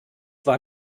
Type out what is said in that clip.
war